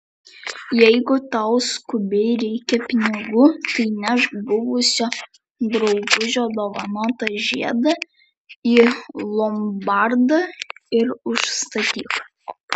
jeigu tau skubiai reikia pinigų tai nešk buvusio draugužio dovanotą žiedą į lombardą ir užstatyk